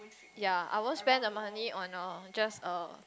ya I won't spend the money on a just a